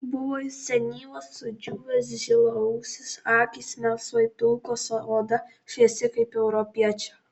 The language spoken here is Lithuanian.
buvo jis senyvas sudžiūvęs žilaūsis akys melsvai pilkos o oda šviesi kaip europiečio